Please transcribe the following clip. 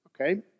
Okay